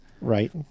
Right